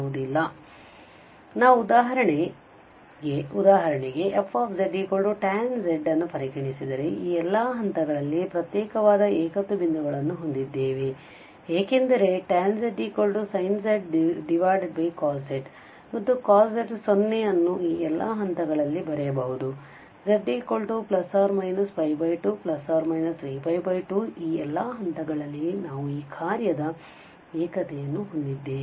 ಆದಾಗ್ಯೂ ನಾವು ಉದಾಹರಣೆಗೆ fztan z ಅನ್ನು ಪರಿಗಣಿಸಿದರೆ ಈ ಎಲ್ಲ ಹಂತಗಳಲ್ಲಿ ಪ್ರತ್ಯೇಕವಾದ ಏಕತ್ವಗಳನ್ನು ಹೊಂದಿದ್ದೇವೆ ಏಕೆಂದರೆ tan z sin z cos z ಮತ್ತು ಈ cos z 0 ಅನ್ನು ಈ ಎಲ್ಲ ಹಂತಗಳಲ್ಲಿ ಬರೆಯಬಹುದು z±2±3π2 ಈ ಎಲ್ಲಾ ಹಂತಗಳಲ್ಲಿ ನಾವು ಈ ಕಾರ್ಯದ ಏಕತೆಯನ್ನು ಹೊಂದಿದ್ದೇವೆ